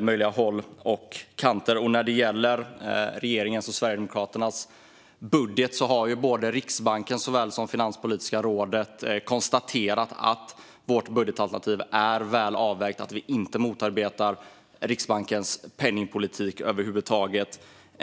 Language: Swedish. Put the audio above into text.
möjliga håll och kanter. När det gäller regeringens och Sverigedemokraternas budget har såväl Riksbanken som Finanspolitiska rådet konstaterat att vårt budgetalternativ är väl avvägt och att vi inte motarbetar Riksbankens penningpolitik över huvud taget.